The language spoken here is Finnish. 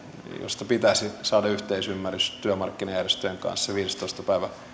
josta pitäisi saada yhteisymmärrys työmarkkinajärjestöjen kanssa viidestoista